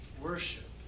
worship